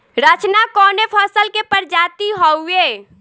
रचना कवने फसल के प्रजाति हयुए?